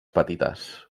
petites